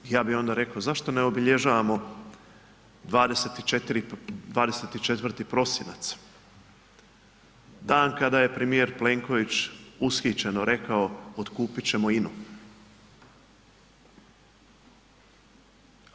Ja bih onda rekao, zašto onda ne obilježavamo 24. prosinac, dan kada je premijer Plenković ushićeno rekao otkupit ćemo INA-u?